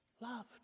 loved